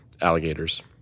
alligators